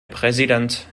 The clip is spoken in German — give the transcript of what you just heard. präsident